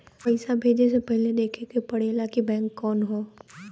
पइसा भेजे से पहिले देखे के पड़ेला कि बैंक कउन ह